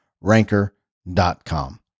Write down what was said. Ranker.com